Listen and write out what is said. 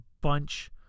bunch